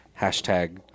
Hashtag